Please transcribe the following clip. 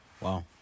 Wow